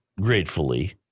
gratefully